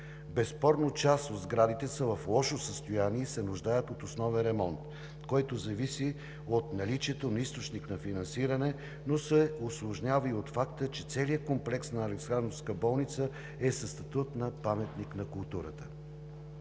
Безспорно част от сградите са в лошо състояние и се нуждаят от основен ремонт, който зависи от наличието на източник на финансиране, но се усложнява и от факта, че целият комплекс на Александровска болница е със статут на паметник на културата.